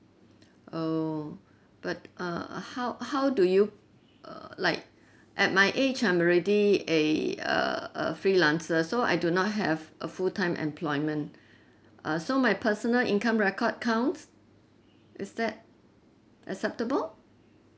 oh but uh how how do you err like at my age I'm already a uh uh freelancer so I do not have a full time employment uh so my personal income record counts is that acceptable